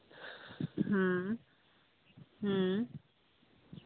ᱦᱮᱸ ᱦᱮᱸ